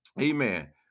Amen